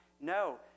no